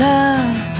Love